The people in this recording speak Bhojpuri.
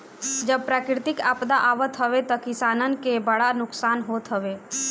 जब प्राकृतिक आपदा आवत हवे तअ किसानन के बड़ा नुकसान होत हवे